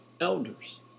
elders